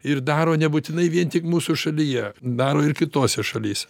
ir daro nebūtinai vien tik mūsų šalyje daro ir kitose šalyse